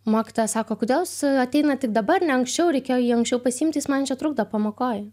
mokytoja sako kodėl jūs ateinat tik dabar ne anksčiau reikėjo jį anksčiau pasiimti jis man čia trukdo pamokoj